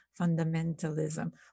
fundamentalism